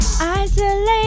Isolate